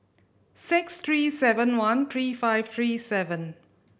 six three seven one three five three seven